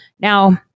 Now